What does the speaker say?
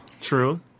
true